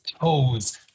toes